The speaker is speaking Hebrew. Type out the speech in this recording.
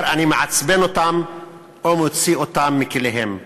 אני מעצבן אותם או מוציא אותם מכליהם.